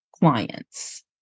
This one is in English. clients